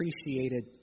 appreciated